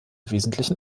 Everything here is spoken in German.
wesentlichen